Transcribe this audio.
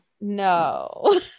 No